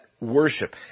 worship